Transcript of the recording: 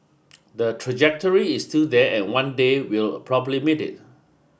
the trajectory is still there and one day we'll probably meet it